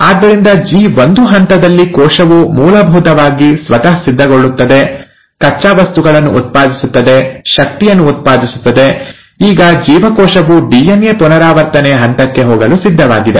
ಆದ್ದರಿಂದ ಜಿ1 ಹಂತದಲ್ಲಿ ಕೋಶವು ಮೂಲಭೂತವಾಗಿ ಸ್ವತಃ ಸಿದ್ಧಗೊಳ್ಳುತ್ತದೆ ಕಚ್ಚಾ ವಸ್ತುಗಳನ್ನು ಉತ್ಪಾದಿಸುತ್ತದೆ ಶಕ್ತಿಯನ್ನು ಉತ್ಪಾದಿಸುತ್ತದೆ ಈಗ ಜೀವಕೋಶವು ಡಿಎನ್ಎ ಪುನರಾವರ್ತನೆಯ ಹಂತಕ್ಕೆ ಹೋಗಲು ಸಿದ್ಧವಾಗಿದೆ